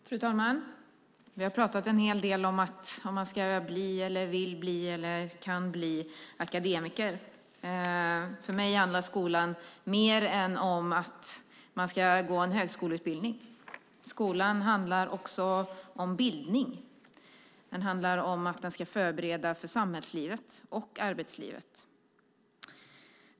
Fru talman! Vi har talat en hel del om att man ska, kan eller vill bli akademiker. För mig handlar skolan om mer än om att man ska gå en högskoleutbildning. Skolan handlar också om bildning. Den ska förbereda för samhällslivet och arbetslivet.